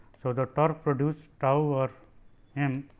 so, the torque produce tau over m,